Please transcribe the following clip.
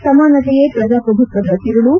ಸಮಾನತೆಯೇ ಪ್ರಜಾಪ್ರಭುತ್ವದ ತಿರುಳು